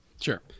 sure